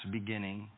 beginning